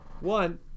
One